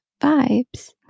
vibes